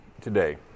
today